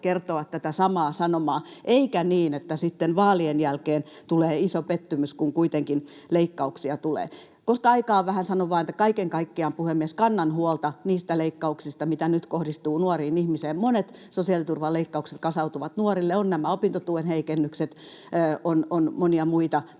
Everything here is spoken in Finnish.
kertoa tätä samaa sanomaa eikä niin, että sitten vaalien jälkeen tulee iso pettymys, kun kuitenkin leikkauksia tulee. Koska aikaa on vähän, sanon vaan kaiken kaikkiaan, puhemies, että kannan huolta niistä leikkauksista, mitkä nyt kohdistuvat nuoriin ihmisiin. Monet sosiaaliturvan leikkaukset kasautuvat nuorille, on nämä opintotuen heikennykset, on monia muita,